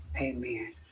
Amen